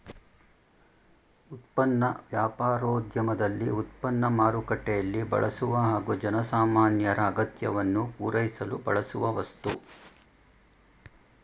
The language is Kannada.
ಉತ್ಪನ್ನ ವ್ಯಾಪಾರೋದ್ಯಮದಲ್ಲಿ ಉತ್ಪನ್ನ ಮಾರುಕಟ್ಟೆಯಲ್ಲಿ ಬಳಸುವ ಹಾಗೂ ಜನಸಾಮಾನ್ಯರ ಅಗತ್ಯವನ್ನು ಪೂರೈಸಲು ಬಳಸುವ ವಸ್ತು